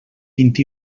vint